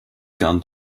gun